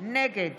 נגד